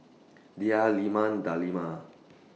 Dhia Leman Delima